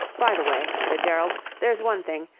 by the way, said gerald, there's one thing.